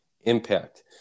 impact